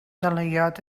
talaiot